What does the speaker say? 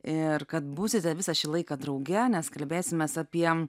ir kad būsite visą šį laiką drauge nes kalbėsimės apie